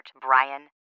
Brian